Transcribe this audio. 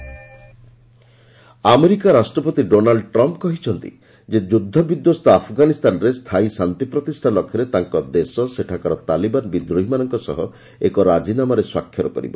US Taliban America ରାଷ୍ଟ୍ରପତି Donald Trump କହିଛନ୍ତି ଯେ ଯୁଦ୍ଧବିଧ୍ୱସ୍ତ ଆଫଗାନିସ୍ତାନରେ ସ୍ଥାୟୀ ଶାନ୍ତି ପ୍ରତିଷ୍ଠା ଲକ୍ଷ୍ୟରେ ତାଙ୍କ ଦେଶ ସେଠାକାର ତାଲିବାନ ବିଦ୍ରୋହୀମାନଙ୍କ ସହ ଏକ ରାଜିନାମାରେ ସ୍ୱାକ୍ଷର କରିବ